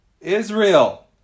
Israel